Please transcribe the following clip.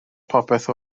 popeth